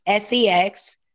SEX